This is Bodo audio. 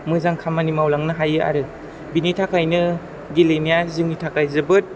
मोजां खामानि मावलांनो हायो आरो बेनि थाखायनो गेलेनाया जोंनि थाखाय जोबोद